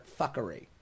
fuckery